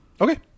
okay